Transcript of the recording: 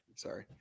sorry